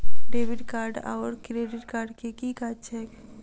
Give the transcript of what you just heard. Debit card आओर credit card केँ की काज छैक?